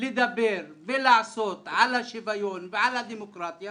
לדבר ולעשות על השוויון ועל הדמוקרטיה